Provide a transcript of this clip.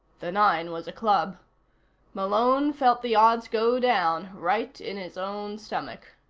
the nine was a club malone felt the odds go down, right in his own stomach.